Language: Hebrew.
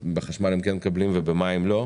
בחשמל הן כן מקבלים ובמים לא.